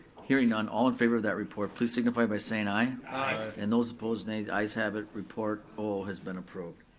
hearing on, all in favor of that report, please signify by saying aye. aye. and those opposed nays, the ayes have it, report o has been approved.